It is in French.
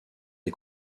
des